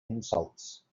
insults